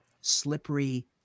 slippery –